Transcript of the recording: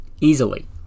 easily